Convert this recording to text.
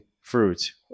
fruit